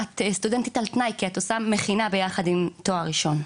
את סטודנטית על תנאי כי את עושה מכינה ביחד עם תואר ראשון,